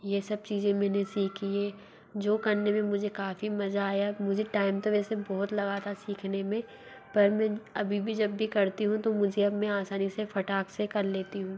ये सब चीज़ें मेंने सीखी हैं जो करने में मुझे काफ़ी मज़ा आया मुझे टाइम तो वैसे बहुत लगा था सीखने में पर मैं अभी भी जब भी करती हूँ तो मुझे अब मैं आसानी से फटाक से कर लेती हूँ